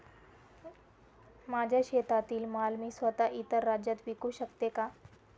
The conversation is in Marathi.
माझ्या शेतातील माल मी स्वत: इतर राज्यात विकू शकते का?